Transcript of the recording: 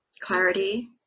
clarity